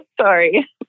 sorry